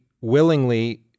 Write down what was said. willingly